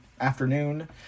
afternoon